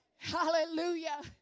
Hallelujah